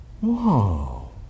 Wow